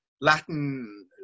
Latin